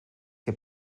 que